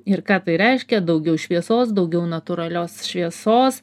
ir ką tai reiškia daugiau šviesos daugiau natūralios šviesos